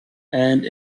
and